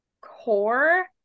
core